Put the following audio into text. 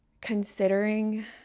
considering